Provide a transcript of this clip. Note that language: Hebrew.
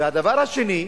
הדבר השני,